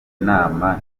nama